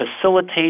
facilitate